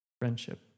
friendship